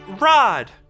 rod